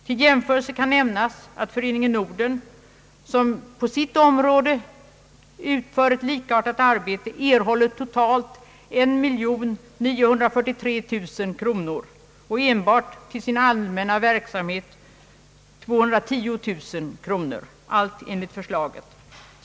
Till jämförelse kan nämnas att Föreningen Norden, som på sitt område utför ett likartat arbete, totalt erhåller 1 943 000 kronor och enbart till sin allmänna verksamhet 210 000 kronor — allt enligt förslaget.